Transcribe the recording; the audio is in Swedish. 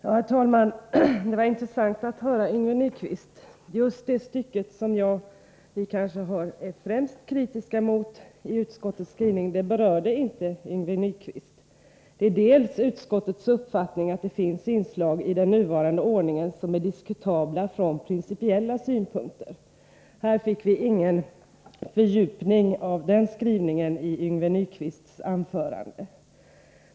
Herr talman! Det var intressant att höra Yngve Nyquist. Just det stycke i utskottets skrivning som vi kanske främst är kritiska emot berörde inte Yngve Nyquist. Det gäller först utskottets uppfattning att det finns inslag i den nuvarande ordningen som är diskutabla från principella synpunkter. Vi fick ingen fördjupning av den skrivningen i Yngve Nyquists anförande.